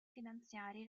finanziari